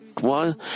one